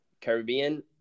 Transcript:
Caribbean